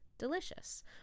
delicious